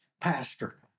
pastor